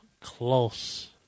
close